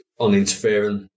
uninterfering